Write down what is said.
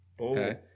Okay